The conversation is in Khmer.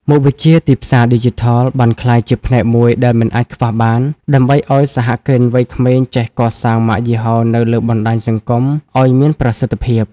មុខវិជ្ជា "ទីផ្សារឌីជីថល" បានក្លាយជាផ្នែកមួយដែលមិនអាចខ្វះបាន ដើម្បីឱ្យសហគ្រិនវ័យក្មេងចេះកសាងម៉ាកយីហោនៅលើបណ្ដាញសង្គមឱ្យមានប្រសិទ្ធភាព។